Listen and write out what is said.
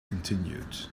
continued